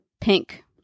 Pink